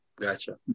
Gotcha